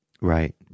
Right